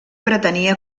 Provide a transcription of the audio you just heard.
pretenia